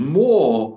more